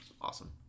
awesome